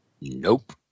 nope